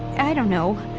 i don't know,